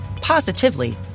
positively